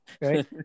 Right